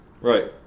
Right